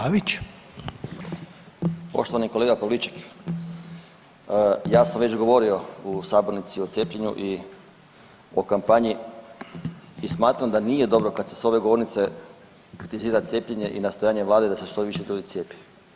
Poštovani kolega Pavliček ja sam već govorio u sabornici o cijepljenju i o kampanji i smatram da nije dobro kad se s ove govornice kritizira cijepljenje i nastojanje Vlade da se što više ljudi cijepi.